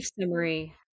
summary